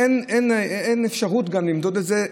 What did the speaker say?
אין אפשרות למדוד את זה.